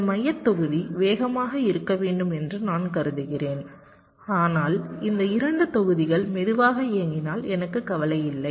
இந்த மையத் தொகுதி வேகமாக இருக்க வேண்டும் என்று நான் கருதுகிறேன் ஆனால் இந்த இரண்டு தொகுதிகள் மெதுவாக இயங்கினால் எனக்கு கவலையில்லை